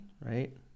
Right